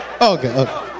okay